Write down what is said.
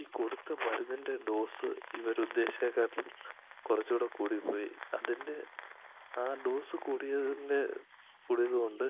ഈ കൊടുത്ത മരുന്നിൻ്റെ ഡോസ് ഇവർ ഉദ്ദേശിച്ചതിനേക്കാളും കുറച്ചുകൂടി കൂടിപ്പോയി അതിൻ്റെ ആ ഡോസ് കൂടിയതിൻ്റെ കൂടിയതുകൊണ്ട്